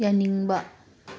ꯌꯥꯅꯤꯡꯕ